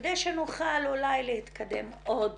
כדי שנוכל להתקדם עוד